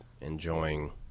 enjoying